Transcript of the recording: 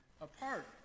apart